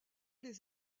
les